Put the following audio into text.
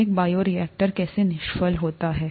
एक बायोरिएक्टर कैसे निष्फल होता है